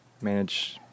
Manage